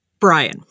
Brian